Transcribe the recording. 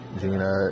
Gina